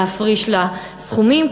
להפריש לה סכומים,